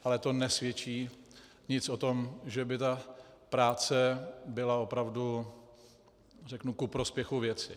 Ale to nesvědčí nic o tom, že by ta práce byla opravdu ku prospěchu věci.